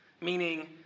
Meaning